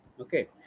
Okay